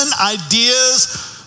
ideas